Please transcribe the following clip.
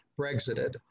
Brexited